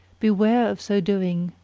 beware of so doing,